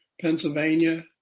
Pennsylvania